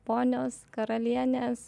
ponios karalienės